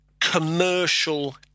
commercial